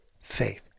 faith